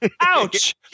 Ouch